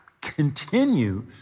continue